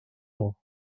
nhw